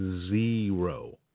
Zero